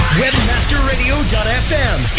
webmasterradio.fm